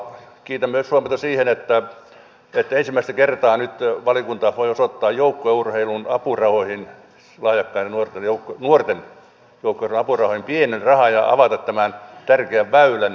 kiinnitän myös huomiota siihen että ensimmäistä kertaa nyt valiokunta voi osoittaa lahjakkaiden nuorten joukkueurheilun apurahoihin pienen rahan ja avata tämän tärkeän väylän